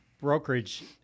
brokerage